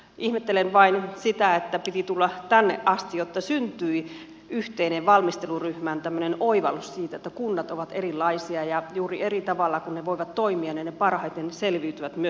ihmettelen vain sitä että piti tulla tänne asti jotta syntyi valmisteluryhmään yhteinen oivallus siitä että kunnat ovat erilaisia ja kun ne juuri voivat toimia eri tavalla niin ne parhaiten selviytyvät myöskin tehtävistään